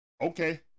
Okay